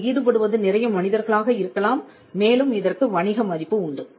அதில் ஈடுபடுவது நிறைய மனிதர்களாக இருக்கலாம் மேலும் இதற்கு வணிக மதிப்பு உண்டு